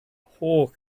holl